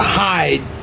hide